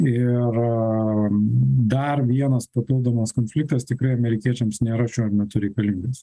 ir dar vienas papildomas konfliktas tikrai amerikiečiams nėra šiuo metu reikalingas